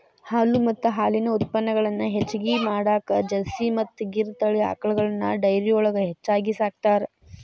ಹಾಲು ಮತ್ತ ಹಾಲಿನ ಉತ್ಪನಗಳನ್ನ ಹೆಚ್ಚಗಿ ಮಾಡಾಕ ಜರ್ಸಿ ಮತ್ತ್ ಗಿರ್ ತಳಿ ಆಕಳಗಳನ್ನ ಡೈರಿಯೊಳಗ ಹೆಚ್ಚಾಗಿ ಸಾಕ್ತಾರ